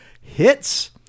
hits